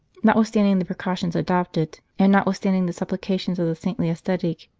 notwithstanding the precautions adopted, and notwithstanding the supplications of the saintly ascetic,